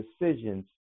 decisions